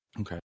Okay